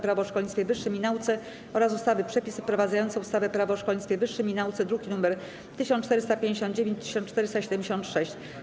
Prawo o szkolnictwie wyższym i nauce oraz ustawy - Przepisy wprowadzające ustawę - Prawo o szkolnictwie wyższym i nauce (druki nr 1459 i 1476)